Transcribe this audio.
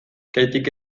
kaitik